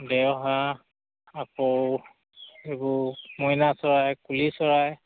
দেওহাঁহ আকৌ এইবোৰ মইনা চৰাই কুলি চৰাই